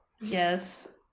Yes